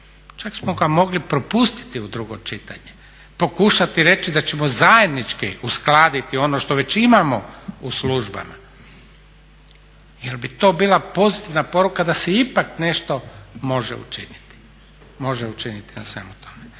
Čak smo ga mogli propustiti u drugo čitanje, pokušati reći da ćemo zajednički uskladiti ono što već imamo u službama jer bi to bila pozitivna poruka da se ipak nešto može učiniti na svemu tome.